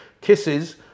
kisses